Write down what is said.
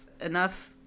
enough